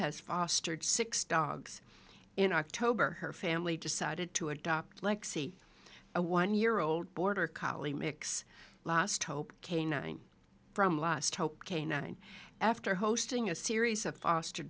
has fostered six dogs in october her family decided to adopt lexi a one year old border collie mix last hope canine from last hope k nine after hosting a series of foster